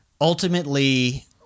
Ultimately